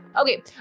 Okay